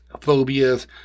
phobias